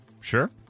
Sure